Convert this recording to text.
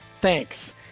thanks